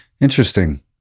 interesting